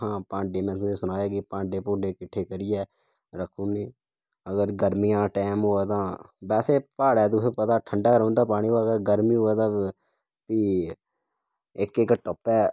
ओह्का हां भांडे में तुसें सनाया के भांडे भुंडे किट्ठे करियै रक्खुने अगर गर्मिया दा टैम होऐ तां बैसे प्हाड़े तुसें पता ठंडा रौंह्दा पानी मगर गर्मी होऐ तां फ्ही इक इक टप्पै